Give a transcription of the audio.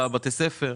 בבתי הספר?